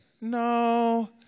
No